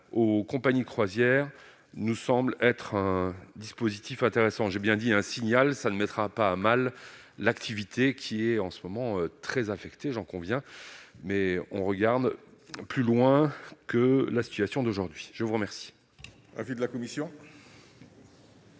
aux compagnies de croisière nous semble être un dispositif intéressant, j'ai bien dit un signal ça ne mettra pas mal l'activité qui est en ce moment très affecté, j'en conviens mais on regarde plus loin que la situation d'aujourd'hui, je vous remercie,